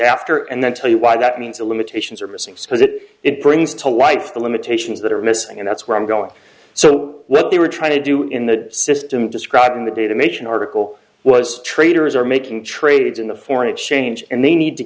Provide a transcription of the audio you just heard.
after and then tell you why that means the limitations are missing because it it brings to life the limitations that are missing and that's where i'm going so let they were trying to do in the system described in the data mission article was traders are making trades in the foreign exchange and they need to